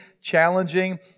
challenging